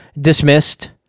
dismissed